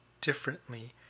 differently